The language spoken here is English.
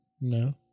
no